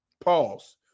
Pause